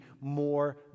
more